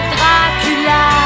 Dracula